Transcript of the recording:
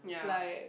like